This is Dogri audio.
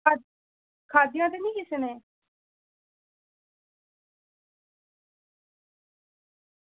खाह्दियां ते निं कुसै नै